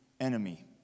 enemy